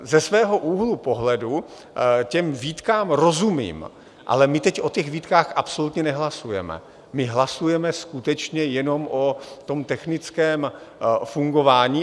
Ze svého úhlu pohledu těm výtkám rozumím, ale my teď o těch výtkách absolutně nehlasujeme, my hlasujeme skutečně jenom o tom technickém fungování.